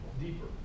deeper